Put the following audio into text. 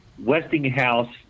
westinghouse